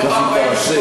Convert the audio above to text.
וכך היא תעשה.